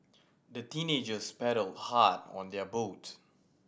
the teenagers paddled hard on their boat